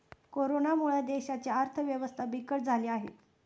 कोरोनामुळे देशाची अर्थव्यवस्था बिकट अवस्थेत आहे